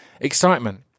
excitement